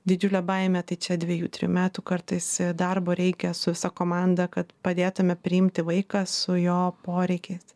didžiulę baimę tai čia dvejų trejų metų kartais darbo reikia su visa komanda kad padėtume priimti vaiką su jo poreikiais